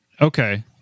Okay